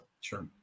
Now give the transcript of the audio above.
sure